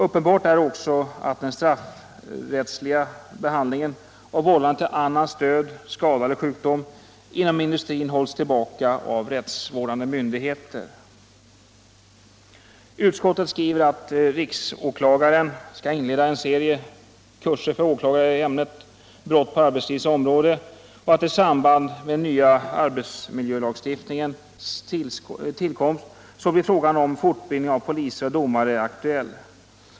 Uppenbart är också att den straffrättsliga behand lingen av vållande till annans död, skada eller sjukdom inom industrin hålls tillbaka av rättsvårdande myndigheter. Utskottet skriver att riksåklagaren skall inleda en serie kurser för åklagare i ämnet brott på arbetslivets område och att i samband med den nya arbetsmiljölagstiftningens tillkomst frågan om fortbildning av poliser och domare blir aktuell.